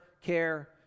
Care